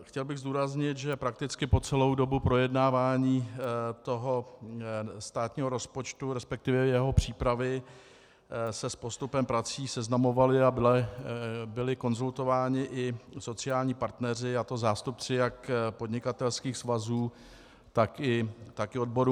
Chtěl bych zdůraznit, že prakticky po celou dobu projednávání státního rozpočtu, resp. jeho přípravy, se s postupem prací seznamovali a byli konzultováni i sociální partneři, a to zástupci jak podnikatelských svazů, tak i odborů.